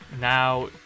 now